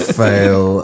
fail